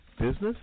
Business